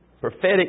prophetic